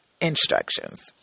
instructions